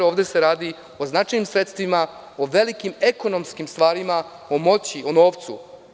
Ovde se radi o značajnim sredstvima, o velikim ekonomskim stvarima, o moći, o novcu.